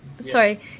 sorry